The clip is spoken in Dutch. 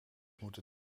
moeten